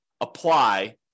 apply